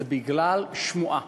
זה בגלל שמועה,